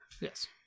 Yes